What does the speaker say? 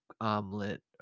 omelet